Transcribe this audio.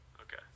Okay